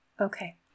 Okay